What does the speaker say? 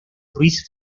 ruiz